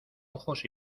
ojos